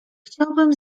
chciałbym